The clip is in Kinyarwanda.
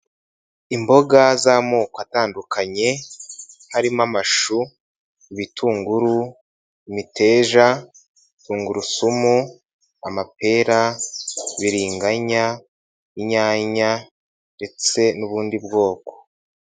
Imboga z'amoko atandukanye harimo amashu, ibitunguru, imiteja, tungurusumu, amapera, biringanya, inyanya, ndetse n'ubundi bwoko.